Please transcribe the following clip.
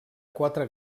quatre